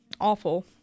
awful